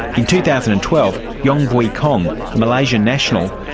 in two thousand and twelve, yong vui kong, a malaysian national,